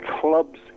clubs